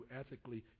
ethically